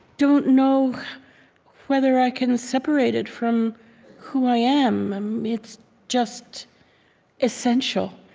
don't know whether i can separate it from who i am. it's just essential.